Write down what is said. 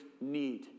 need